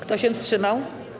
Kto się wstrzymał?